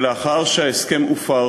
שלאחר שההסכם הופר